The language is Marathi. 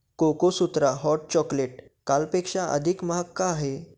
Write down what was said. कोकोसूत्रा हॉट चॉकलेट कालपेक्षा अधिक महाग का आहे